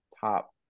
top